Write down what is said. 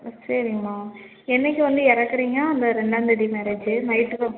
ம் சரிங்கம்மா என்றைக்கு வந்து இறக்குறீங்க அந்த ரெண்டாந்தேதி மேரேஜு நைட்டுக்கும்